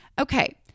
okay